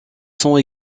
sont